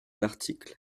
l’article